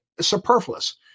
superfluous